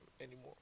anymore